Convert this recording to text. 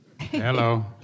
Hello